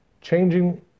changing